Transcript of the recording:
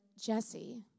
Jesse